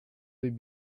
would